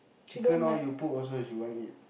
chicken all you put also she won't eat